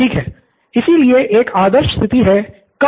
ठीक है इसलिए एक आदर्श स्थिति है कम नोट्स की संख्या